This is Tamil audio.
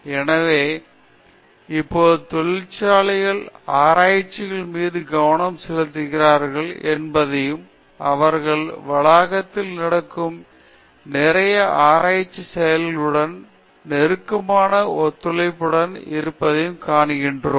எனவே இப்போது தொழிற்சாலைகள் ஆராய்ச்சியாளர்கள் மீது கவனம் செலுத்துகின்றன என்பதையும் அவர்கள் வளாகத்தில் நடக்கும் நிறைய ஆராய்ச்சி செயல்களுடன் நெருக்கமான ஒத்துழைப்புடன் இருப்பதையும் காண்கிறோம்